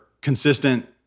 consistent